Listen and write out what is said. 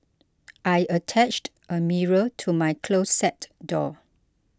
I attached a mirror to my closet door